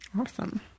awesome